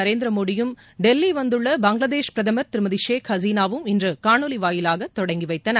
நரேந்திரமோடியும் டெல்லி வந்துள்ள பங்களாதேஷ் பிரதமர் திருமதி ஷேக் ஹசீனாவும் இன்று காணொலி வாயிலாக தொடங்கி வைத்தனர்